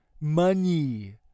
money